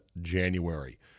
January